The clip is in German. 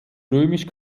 römisch